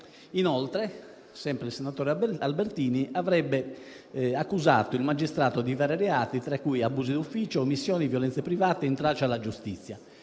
Inoltre, sempre il senatore Albertini avrebbe accusato il magistrato di reati tra cui abuso d'ufficio, omissioni, violenze private e intralcio alla giustizia.